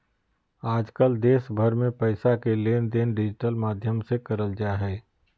आजकल देश भर मे पैसा के लेनदेन डिजिटल माध्यम से करल जा हय